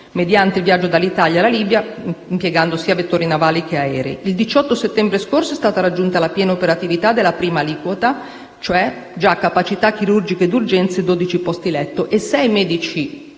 mediante viaggio dall'Italia alla Libia, impiegando sia vettori navali che aerei. Il 18 settembre scorso è stata raggiunta la piena operatività della prima aliquota, con capacità chirurgiche d'urgenza e dodici posti letto; inoltre,